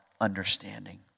understanding